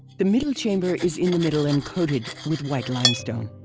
the middle chamber is in the middle and coated with white limestone.